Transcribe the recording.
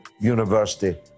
university